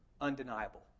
undeniable